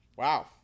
Wow